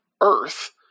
Earth